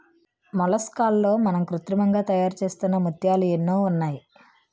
మొలస్కాల్లో మనం కృత్రిమంగా తయారుచేస్తున్న ముత్యాలు ఎన్నో ఉన్నాయి